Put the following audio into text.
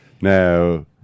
Now